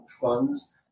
funds